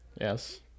Yes